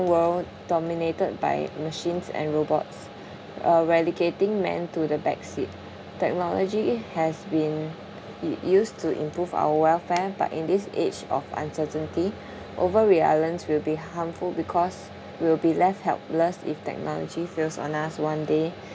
world dominated by machines and robots uh relegating men to the backseat technology has been u~ used to improve our welfare but in this age of uncertainty over reliance will be harmful because we'll be left helpless if technology fails on us one day